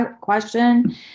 question